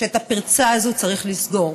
שאת הפרצה הזאת צריך לסגור.